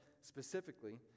specifically